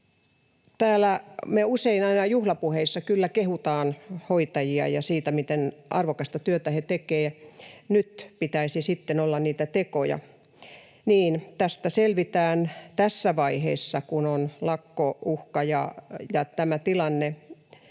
me usein aina juhlapuheissa kyllä kehutaan hoitajia ja sitä, miten arvokasta työtä he tekevät. Nyt pitäisi sitten olla niitä tekoja. Tästä selvitään tässä vaiheessa, kun on lakkouhka ja tämä tilanne,